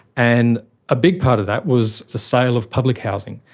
and a big part of that was the sale of public housing.